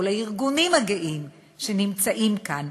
כל הארגונים הגאים שנמצאים כאן.